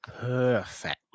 Perfect